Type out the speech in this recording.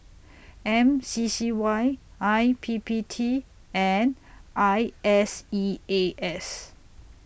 M C C Y I P P T and I S E A S